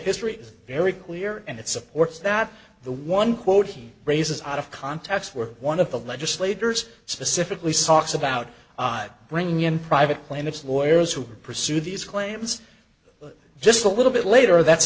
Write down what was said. history is very clear and it supports that the one quote he raises out of context where one of the legislators specifically salk's about bringing in private plaintiff's lawyers who pursued these claims just a little bit later that